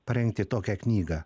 parengti tokią knygą